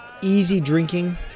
easy-drinking